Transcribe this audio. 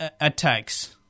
attacks